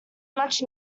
much